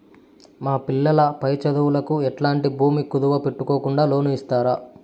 మా పిల్లలు పై చదువులకు ఎట్లాంటి భూమి కుదువు పెట్టుకోకుండా లోను ఇస్తారా